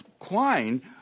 Quine